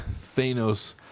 Thanos